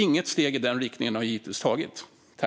Inget steg i den riktningen har hittills tagits.